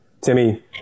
Timmy